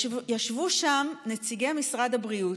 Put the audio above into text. ישבו שם נציגי משרד הבריאות,